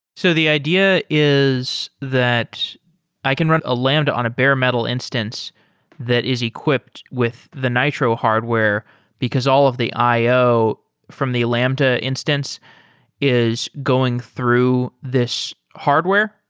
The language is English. so the idea is that i can run a lambda on a bare-metal instance that is equipped with the nitro hardware because all of the i o from the lambda instance is going through this hardware?